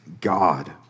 God